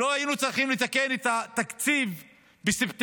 ולא היינו צריכים לתקן את התקציב בספטמבר,